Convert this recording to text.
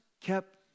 kept